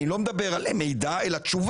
אני לא מדבר על מידע, אני מדבר על תשובה.